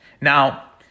Now